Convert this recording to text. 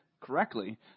correctly